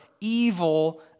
evil